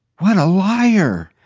what a liar.